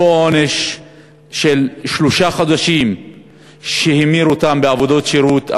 ואותו עונש של שלושה חודשים שהוא המיר בעבודות שירות.